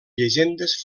llegendes